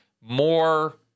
more